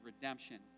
redemption